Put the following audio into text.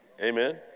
Amen